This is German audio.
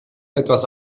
etwas